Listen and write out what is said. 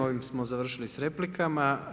Ovim smo završili s replikama.